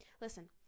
listen